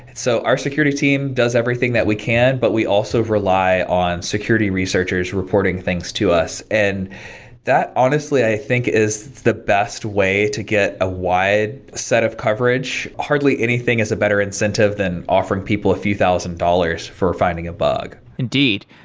and so our security team does everything that we can, but we also rely on security researchers reporting things to us. and that honestly i think is the best way to get a wide set of coverage hardly anything is a better incentive than offering people a few thousand dollars for finding a bug indeed.